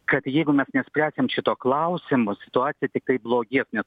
kad jeigu mes nespręsim šito klausimo situacija tiktai blogės nes